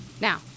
Now